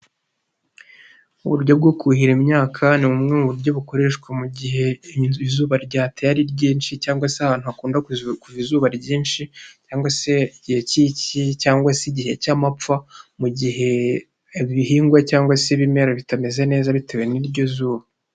Uburyo bwo kuhira imyaka, Ni bumwe mu buryo bukoreshwa mu gihe izuba ryateye ari ryinshi cyangwa se ahantu hakunda ku kuva izuba ryinshi, cyangwa se gihe cy'iki cyangwa se igihe cy'amapfa, mu gihe ibihingwa cyangwa se ibimera bitameze neza bitewe n'iryo zuba.